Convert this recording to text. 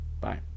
Bye